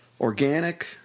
Organic